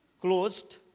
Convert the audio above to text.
closed